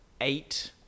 eight